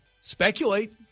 speculate